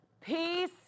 peace